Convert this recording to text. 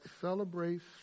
celebrates